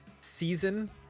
season